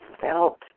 felt